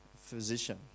physician